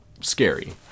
scary